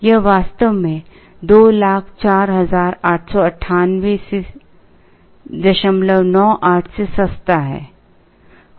यह वास्तव में 20489898 से सस्ता है